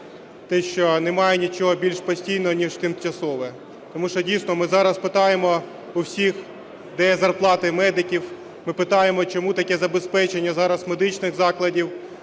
те, що немає нічого більш постійного ніж тимчасове. Тому що дійсно ми зараз питаємо по всіх, де зарплати медиків, ми питаємо, чому таке забезпечення зараз медичних закладів,